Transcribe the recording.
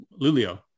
lulio